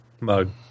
mug